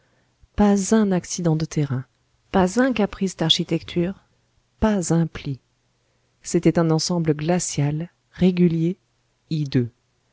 un accident de terrain pas un caprice d'architecture pas un pli c'était un ensemble glacial régulier hideux